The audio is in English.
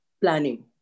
planning